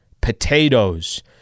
potatoes